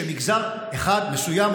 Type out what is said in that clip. שמגזר אחד מסוים,